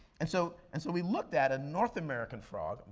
and so, and so we looked at a north american frog,